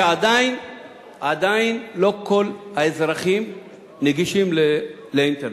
שעדיין לא כל האזרחים נגישים לאינטרנט.